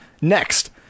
next